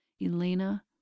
Elena